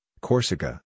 Corsica